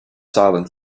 silent